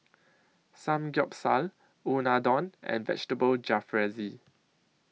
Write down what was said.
Samgeyopsal Unadon and Vegetable Jalfrezi